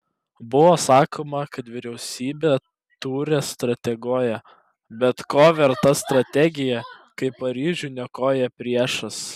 buvo sakoma kad vyriausybė tūre strateguoja bet ko verta strategija kai paryžių niokoja priešas